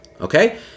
okay